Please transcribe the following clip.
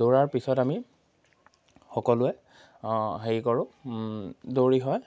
দৌৰাৰ পিছত আমি সকলোৱে হেৰি কৰোঁ দৌৰি হয়